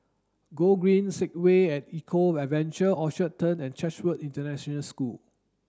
Gogreen Segway at Eco Adventure Orchard Turn and Chatsworth International School